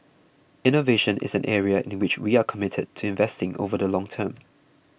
innovation is an area in which we are committed to investing over the long term